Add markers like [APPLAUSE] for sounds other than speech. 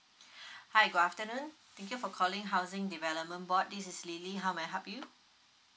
[BREATH] hi good afternoon thank you for calling housing development board this is lily how may I help you